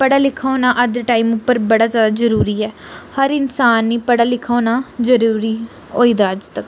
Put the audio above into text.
पढ़ा लिखा होना अज्ज दे टाइम उप्पर बड़ा ज्यादा जरूरी ऐ हर इंसान गी पढ़ा लिखा होना जरूरी होई दा अज्ज तक